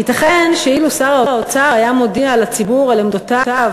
ייתכן שאילו שר האוצר היה מודיע לציבור על עמדותיו